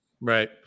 Right